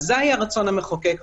זה היה רצון המחוקק,